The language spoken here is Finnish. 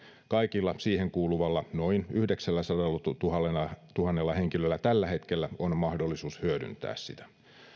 kaikilla siihen kuuluvilla noin yhdeksälläsadallatuhannella henkilöllä tällä hetkellä on mahdollisuus hyödyntää sitä